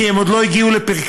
כי הם עוד לא הגיעו לפרקם.